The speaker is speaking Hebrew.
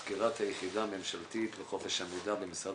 סקירת היחידה הממשלתית לחופש המידע במשרד